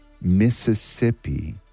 Mississippi